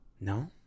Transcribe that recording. No